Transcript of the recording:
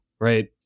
right